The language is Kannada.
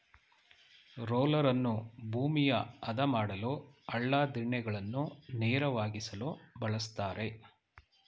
ರೋಲರನ್ನು ಭೂಮಿಯ ಆದ ಮಾಡಲು, ಹಳ್ಳ ದಿಣ್ಣೆಗಳನ್ನು ನೇರವಾಗಿಸಲು ಬಳ್ಸತ್ತರೆ